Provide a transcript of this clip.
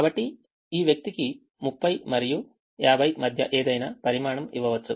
కాబట్టి ఈ వ్యక్తికి 30 మరియు 50 మధ్య ఏదైనా పరిమాణం ఇవ్వవచ్చు